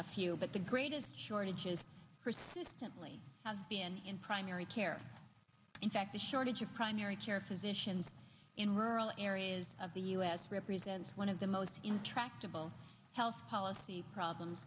a few but the greatest shortage is first simply have been in primary care in fact the shortage of primary care physicians in rural areas of the us represents one of the most intractable health policy problems